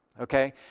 okay